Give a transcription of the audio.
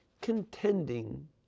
contending